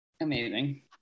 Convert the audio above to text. amazing